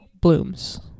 blooms